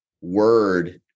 word